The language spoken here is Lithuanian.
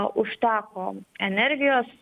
užteko energijos